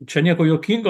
čia nieko juokingo